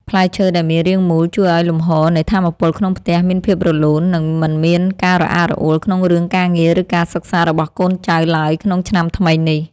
ផ្លែឈើដែលមានរាងមូលជួយឱ្យលំហូរនៃថាមពលក្នុងផ្ទះមានភាពរលូន និង មិនមានការរអាក់រអួលក្នុងរឿងការងារឬការសិក្សារបស់កូនចៅឡើយក្នុងឆ្នាំថ្មីនេះ។